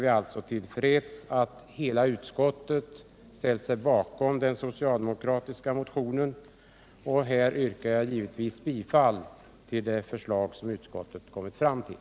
Vi är till freds med att hela utskottet ställt sig bakom den socialdemokratiska motionen, och i detta avseende yrkar jag givetvis bifall till utskottets förslag.